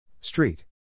Street